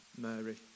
Mary